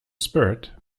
spirit